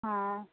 অ'